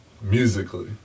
musically